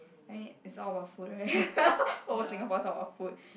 I mean it's all about food right old Singapore is all about food